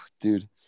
dude